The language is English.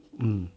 mm